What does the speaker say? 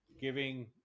giving